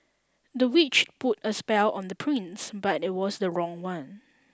the witch put a spell on the prince but it was the wrong one